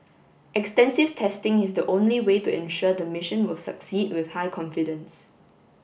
extensive testing is the only way to ensure the mission will succeed with high confidence